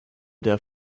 der